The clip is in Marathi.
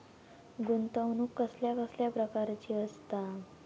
गुंतवणूक कसल्या कसल्या प्रकाराची असता?